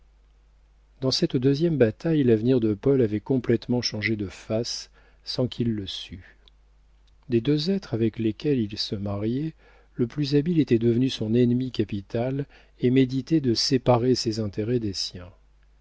dans cette deuxième bataille l'avenir de paul avait complétement changé de face sans qu'il le sût des deux êtres avec lesquels il se mariait le plus habile était devenu son ennemi capital et méditait de séparer ses intérêts des siens